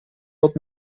wird